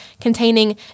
containing